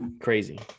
Crazy